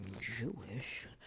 Jewish